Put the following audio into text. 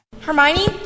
Hermione